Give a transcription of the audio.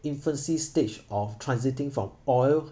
infancy stage of transiting from oil